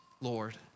Lord